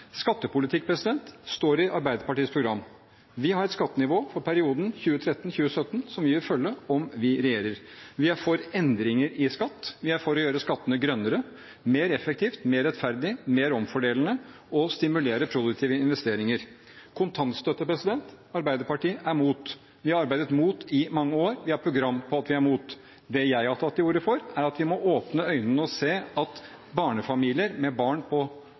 Arbeiderpartiets program. Vi har et skattenivå for perioden 2013–2017 som vi vil følge om vi regjerer. Vi er for endringer i skatt, vi er for å gjøre skattene grønnere, mer effektive, mer rettferdige, mer omfordelende og å stimulere til produktive investeringer. Kontantstøtte: Arbeiderpartiet er mot. Vi har arbeidet mot i mange år, vi har program på at vi er mot. Det jeg har tatt til orde for, er at vi må åpne øynene og se at barnefamilier med barn på